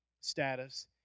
status